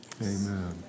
Amen